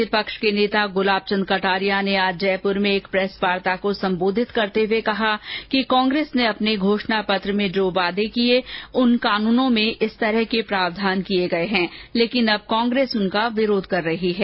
प्रतिपक्ष के नेता गुलाब चन्द कटारिया ने आज जयपुर में एक प्रेस वार्ता को संबोधित करते हए कहा कि कांग्रेस ने अपने घोषणा पत्रों में जो वादे किये इन कानूनों में उसी तरह के प्रावधान किये गये हैं लेकिन अब कांग्रेस उनका विरोध कर रही है